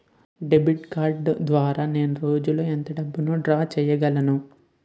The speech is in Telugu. డెబిట్ కార్డ్ ద్వారా నేను రోజు లో ఎంత డబ్బును డ్రా చేయగలను?